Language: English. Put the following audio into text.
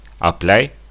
apply